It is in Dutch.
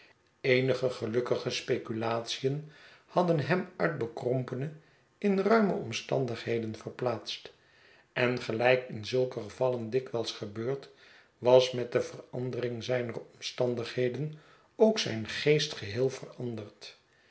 eenige gelukkige speculation hadden hem uit bekrompene in ruime omstandigheden verplaatst en gelijk in zulke gevallen dikwijls gebeurt was met de verandering zijner omstandigheden ook zijn geest geheel veranderd